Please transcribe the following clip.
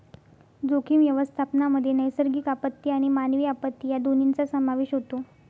जोखीम व्यवस्थापनामध्ये नैसर्गिक आपत्ती आणि मानवी आपत्ती या दोन्हींचा समावेश होतो